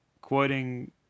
Quoting